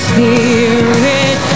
Spirit